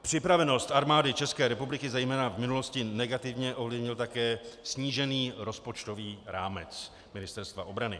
Připravenost Armády České republiky zejména v minulosti negativně ovlivnil také snížený rozpočtový rámec Ministerstva obrany.